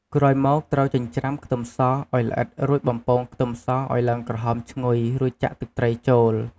ក្រោយមកត្រូវចិញ្ច្រាំខ្ទឹមស ឱ្យល្អិតរួចបំពងខ្ទឹមសឱ្យឡើងក្រហមឈ្ងុយ រួចចាក់ទឹកត្រីចូល។